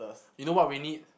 you know what we need